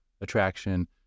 attraction